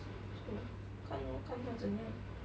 so